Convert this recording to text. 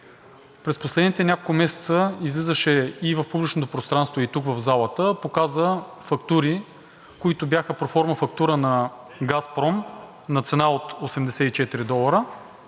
през последните няколко месеца излизаше в публичното пространство и тук, в залата, показа фактури, които бяха проформа фактура на „Газпром“ на цена от 84 долара